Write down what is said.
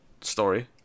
story